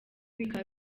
bikaba